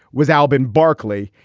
was alvin barkley.